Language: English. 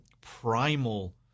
primal